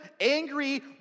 angry